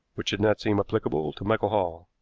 which not seem applicable to michael hall.